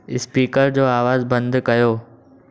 स्पीकरु जो आवाज़ु बंदि कयो